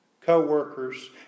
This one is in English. co-workers